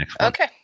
Okay